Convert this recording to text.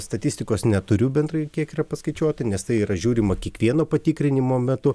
statistikos neturiu bendrai kiek yra paskaičiuota nes tai yra žiūrima kiekvieno patikrinimo metu